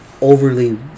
overly